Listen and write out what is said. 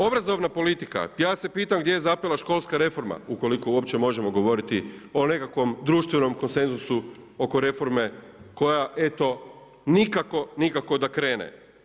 Obrazovna politika, ja se pitam gdje je zapela školska reforma, ukoliko uopće možemo govoriti o nekakvom društvenom konsenzusu oko reforme koja eto, nikako, nikako da krene.